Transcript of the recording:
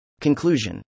Conclusion